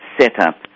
setup